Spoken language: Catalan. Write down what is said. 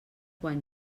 quan